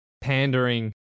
pandering